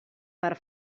per